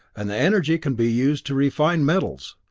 and the energy can be used to refine metals.